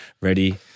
ready